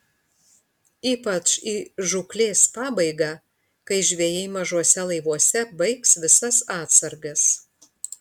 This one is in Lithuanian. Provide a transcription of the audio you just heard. ypač į žūklės pabaigą kai žvejai mažuose laivuose baigs visas atsargas